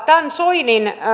tämän soinin